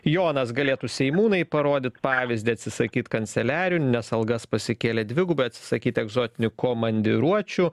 jonas galėtų seimūnai parodyt pavyzdį atsisakyt kanceliarinių nes algas pasikėlė dvigubai atsisakyt egzotinių komandiruočių